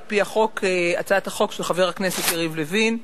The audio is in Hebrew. על-פי הצעת החוק של חבר הכנסת יריב לוין,